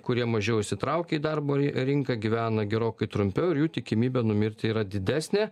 kurie mažiau įsitraukę į darbo rinką gyvena gerokai trumpiau ir jų tikimybė numirti yra didesnė